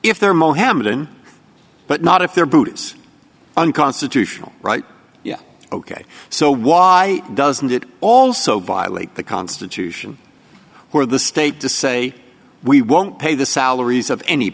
if they're mohammedan but not if they're brutus unconstitutional right yeah ok so why doesn't it also violate the constitution or the state to say we won't pay the salaries of any